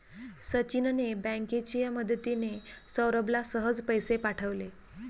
सचिनने बँकेची मदतिने, सौरभला सहज पैसे पाठवले